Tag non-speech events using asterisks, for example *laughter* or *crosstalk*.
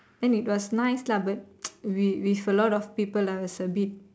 then it was nice lah but *noise* with with a lot of people I was a bit